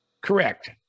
Correct